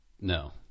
no